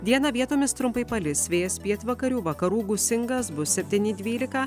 dieną vietomis trumpai palis vėjas pietvakarių vakarų gūsingas bus septyni dvylika